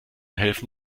helfen